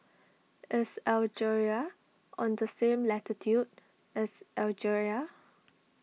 is Algeria on the same latitude as Algeria